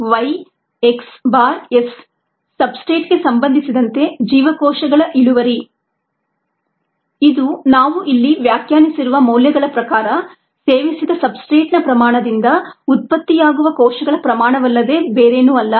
Y x s ಸಬ್ಸ್ಟ್ರೇಟ್ಗೆ ಸಂಬಂಧಿಸಿದಂತೆ ಜೀವಕೋಶಗಳ ಇಳುವರಿ ಇದು ನಾವು ಇಲ್ಲಿ ವ್ಯಾಖ್ಯಾನಿಸಿರುವ ಮೌಲ್ಯಗಳ ಪ್ರಕಾರ ಸೇವಿಸಿದ ಸಬ್ಸ್ಟ್ರೇಟ್ನ ಪ್ರಮಾಣದಿಂದ ಉತ್ಪತ್ತಿಯಾಗುವ ಕೋಶಗಳ ಪ್ರಮಾಣವಲ್ಲದೆ ಬೇರೇನೂ ಅಲ್ಲ